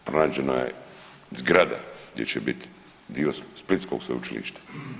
Pronađena je zgrada gdje će biti dio splitskog sveučilišta.